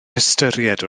hystyried